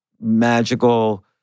magical